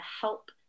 help